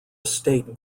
estate